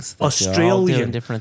Australian